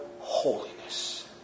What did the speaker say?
holiness